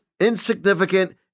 insignificant